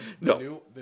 no